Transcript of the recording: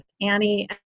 Annie